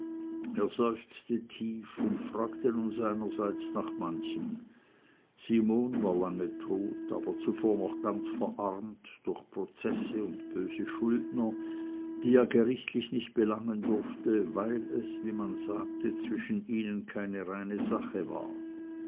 er seufzte tief und fragte nun seinerseits nach manchem simon war lange tot aber zuvor noch ganz verarmt durch prozesse und böse schuldner die er nicht gerichtlich belangen durfte weil es wie man sagte zwischen ihnen keine reine sache war